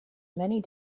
many